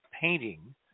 painting